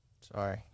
Sorry